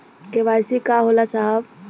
KYC का होला साहब?